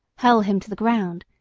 hurl him to the ground,